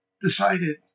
decided